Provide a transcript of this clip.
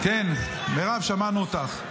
כן, מירב, שמענו אותך.